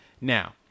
Now